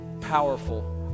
powerful